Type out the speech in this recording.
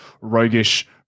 roguish